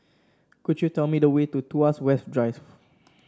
could you tell me the way to Tuas West Drive